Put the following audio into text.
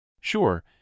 Sure